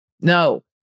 No